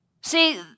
See